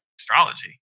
astrology